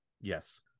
Yes